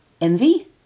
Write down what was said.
envy